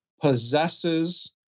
possesses